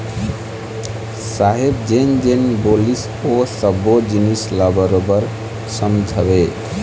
साहेब जेन जेन बोलिस ओ सब्बो जिनिस ल बरोबर समझेंव